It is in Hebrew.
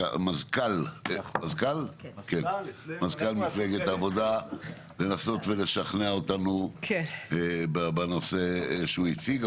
מזכ"ל מפלגת העבודה לנסות ולשכנע אותנו בנושא שהוא הציג.